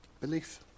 belief